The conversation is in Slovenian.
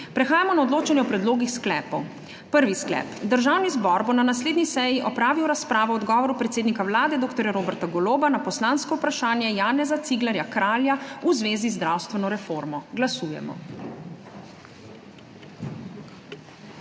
Prehajamo na odločanje o predlogih sklepov. Prvi sklep: Državni zbor bo na naslednji seji opravil razpravo o odgovoru predsednika Vlade dr. Roberta Goloba na poslansko vprašanje Janeza Ciglerja Kralja v zvezi z zdravstveno reformo. Glasujemo.